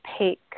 opaque